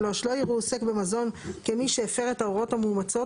לא יראו עוסק במזון כמי שהפר את ההוראות המאומצות,